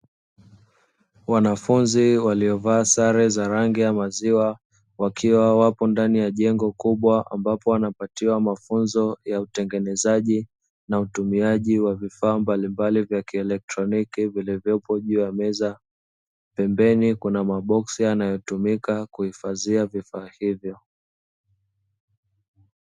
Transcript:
Wanafunzi walio vaa sare za rangi ya maziwa wakiwa wapo ndani ya jengo kubwa ambapo wanapatiwa mafunzo ya utengenezaji na utumiaji wa vifaa mbalimbali vya kieletroniki vilivyopo juu ya meza. Pembeni kuna maboksi yanayo tumika kuifhadhia vifaa hivyo.